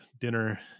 dinner